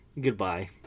Goodbye